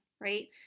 right